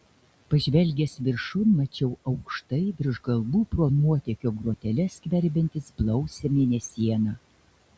pažvelgęs viršun mačiau aukštai virš galvų pro nuotėkio groteles skverbiantis blausią mėnesieną